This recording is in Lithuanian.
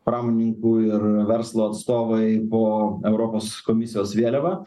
pramonininkų ir verslo atstovai po europos komisijos vėliava